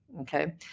Okay